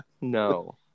No